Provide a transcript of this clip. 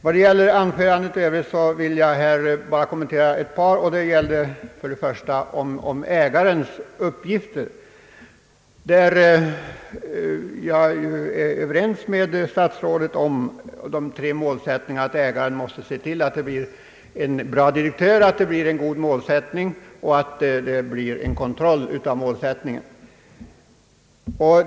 Av anförandet i övrigt vill jag här bara kommentera ett par avsnitt. Det gäller för det första företagsägarens uppgifter. Jag är överens med statsrådet om de tre kraven att ägaren måste se till att det blir en bra direktör för företaget, en god målsättning och en effektiv kontroll av att målsättningen fullföljes.